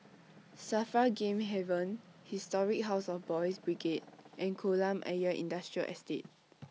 Safar Game Haven Historic House of Boys' Brigade and Kolam Ayer Industrial Estate